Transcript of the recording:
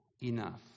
enough